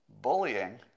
Bullying